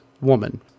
woman